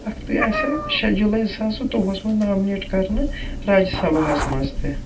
اَکھتُے آیہِ سۄ شےٚ جُلَے زٕ ساس زٕتووُہَس منٛز نامنیٹ کرنہٕ راجہٕ سبہَس منٛز تہِ